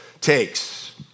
takes